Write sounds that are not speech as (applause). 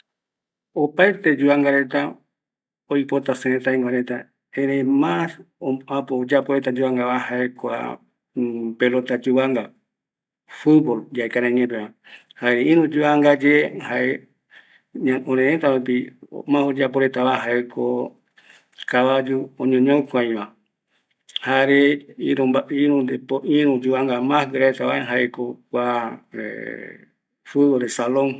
﻿Opaete yuvanga reta oipota sëretaɨgua reta erei mas oapo oyapo reta yuvangava jae kua (hesitation) pelota yuvanga, futbol yae karai iñeepeva, jare ɨru yuvanga ye jae ña orereta rupi mas oyapo retava jaeko kavayu oñoñokuaiva jare ïru yuvanga mas guiraretava jaeko kua (hesitation) futbol de salon,